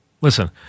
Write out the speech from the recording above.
Listen